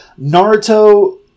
Naruto